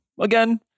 again